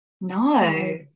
No